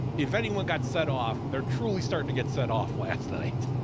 if anyone got set off, they're truly starting to get set off last night.